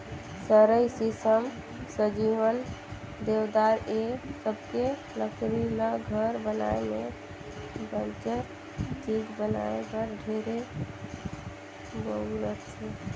सरई, सीसम, सजुवन, देवदार ए सबके लकरी ल घर बनाये में बंजर चीज बनाये बर ढेरे बउरथे